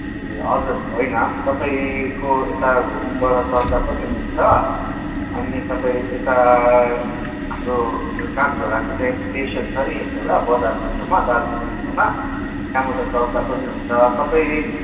ए हजुर होइन तपाईँको यता घुमबाट चढ्दा पनि हुन्छ अनि तपाईँ यता हाम्रो यो काकझोडाको त्यहाँ स्टेसन छ नि एउटा बजारको छेउमा दार्जिलिङ छेउमा त्यहाँबाट चढ्दा पनि हुन्छ तपाईँ